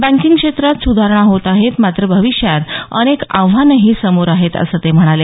banking क्षेत्रात सुधारणा होत आहेत मात्र भविष्यात अनेक आव्हानंही समोर आहेत असं ते म्हणाले